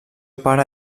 pare